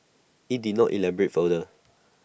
IT did not elaborate further